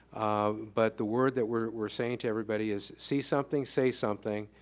um but the word that we're saying to everybody is, see something, say something.